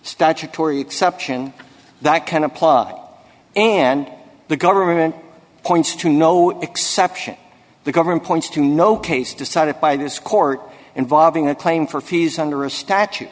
statutory exception that can apply and the government points to no exception the government points to no case decided by this court involving a claim for fees under a statute